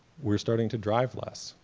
we're starting to drive less.